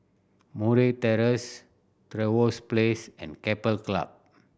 Murray Terrace Trevose Place and Keppel Club